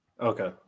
Okay